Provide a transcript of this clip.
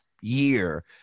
year